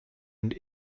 und